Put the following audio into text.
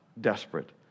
desperate